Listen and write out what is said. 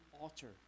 altar